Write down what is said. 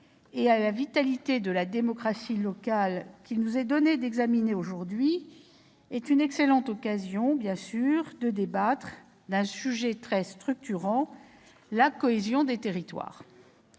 et à la vitalité de la démocratie locale qu'il nous est donné d'examiner aujourd'hui est une excellente occasion de débattre d'un sujet très structurant : la cohésion des territoires.